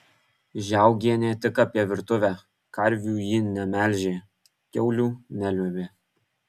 žiaugienė tik apie virtuvę karvių ji nemelžė kiaulių neliuobė